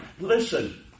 listen